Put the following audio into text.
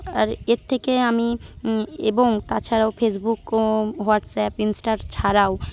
আর এর থেকে আমি এবং তাছাড়াও ফেসবুক ও হোয়াটস অ্যাপ ইনস্টার ছাড়াও